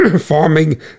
farming